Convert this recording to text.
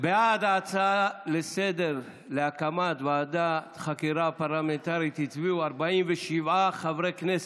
בעד ההצעה לסדר-היום להקמת ועדת חקירה פרלמנטרית הצביעו 47 חברי כנסת.